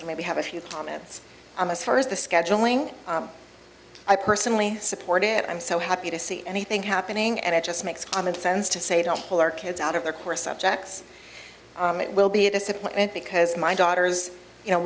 and maybe have a few comments on this first the scheduling i personally support it i'm so happy to see anything happening and it just makes common sense to say don't pull our kids out of their core subjects it will be a disappointment because my daughters you know